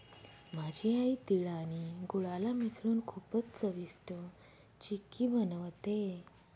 माझी आई तिळ आणि गुळाला मिसळून खूपच चविष्ट चिक्की बनवते